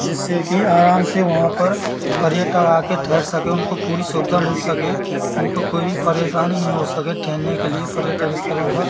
जिससे की आराम से वहाँ पर पर्यटक आ के ठहर सके उनको पूरी सुविधा मिल सके उनको कोई भी परेशानी नहीं हो सके ठहरने के लिए पर्यटक स्थलों पर